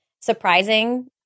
surprising